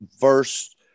verse